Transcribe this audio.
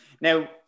now